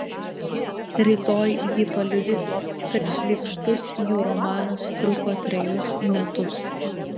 rytoj ji paliudys kad šlykštus jų romanas truko trejus metus